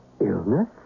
Illness